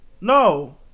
No